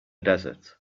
desert